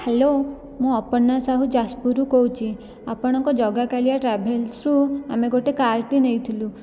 hello ମୁଁ ଅପର୍ଣ୍ଣା ସାହୁ ଯାଜପୁରରୁ କହୁଛି ଆପଣଙ୍କ ଜଗାକାଳିଆ ଟ୍ରାଭେଲସ୍ରୁ ଆମେ ଗୋଟିଏ କାର୍ଟେ ନେଇଥିଲୁ